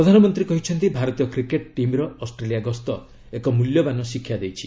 ପ୍ରଧାନମନ୍ତ୍ରୀ କହିଛନ୍ତି ଭାରତୀୟ କ୍ରିକେଟ୍ ଟିମ୍ର ଅଷ୍ଟ୍ରେଲିଆ ଗସ୍ତ ଏକ ମୂଲ୍ୟବାନ ଶିକ୍ଷା ଦେଇଛି